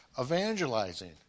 evangelizing